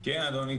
כן, אדוני.